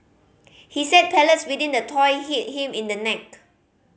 he said pellets within the toy hit him in the neck